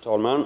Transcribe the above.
Herr talman!